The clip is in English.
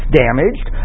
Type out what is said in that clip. damaged